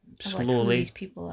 slowly